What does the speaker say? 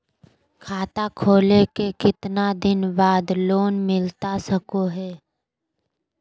खाता खोले के कितना दिन बाद लोन मिलता सको है?